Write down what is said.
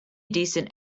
decent